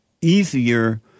easier